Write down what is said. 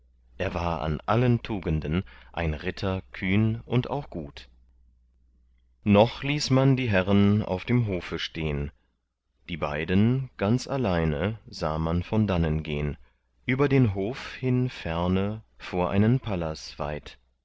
er war an allen tugenden ein ritter kühn und auch gut noch ließ man die herren auf dem hofe stehn die beiden ganz alleine sah man von dannen gehn über den hof hin ferne vor einen pallas weit